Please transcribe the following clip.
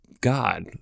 God